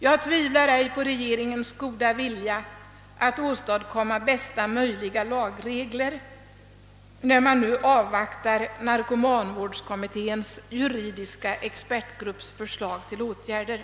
Jag tvivlar icke heller på regeringens goda vilja att åstadkomma bästa möjliga lagregler, när man nu avvaktar narkomanvårdskommitténs juridiska expertgrupps förslag till åtgärder.